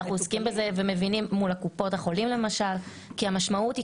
אנחנו כן עוסקים בזה מול קופות החולים למשל כי המשמעות היא